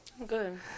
Good